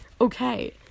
Okay